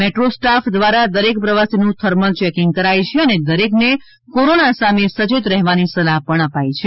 metro staff દ્વારા દરેક પ્રવાસીનું થર્મલ ચેકિંગ કરાય છે અને દરેકને કોરોના સામે સચેત રહેવાની સલાહ અપાય છે